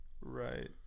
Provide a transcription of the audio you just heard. Right